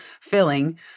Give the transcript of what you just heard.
filling